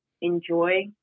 enjoy